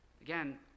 Again